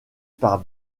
par